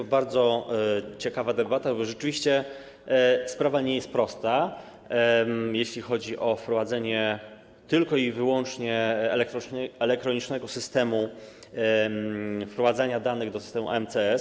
To bardzo ciekawa debata, bo rzeczywiście sprawa nie jest prosta, jeśli chodzi o wprowadzenie tylko i wyłącznie elektronicznego systemu wprowadzania danych do systemu EMCS.